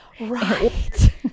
Right